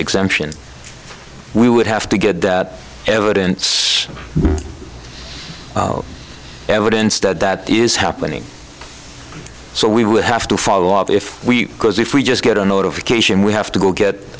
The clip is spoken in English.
exemption we would have to get that evidence evidence that that is happening so we would have to follow up if we because if we just get a notification we have to go get